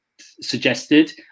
suggested